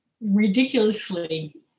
ridiculously